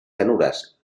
llanuras